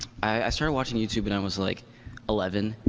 i started watching youtube when i was like eleven.